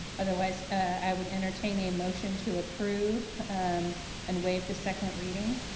otherwise, i would entertain a motion to approve and waive the second reading.